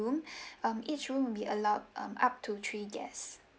room um each room would be allowed um up to three guests